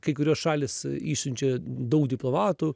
kai kurios šalys išsiunčia daug diplomatų